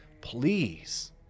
please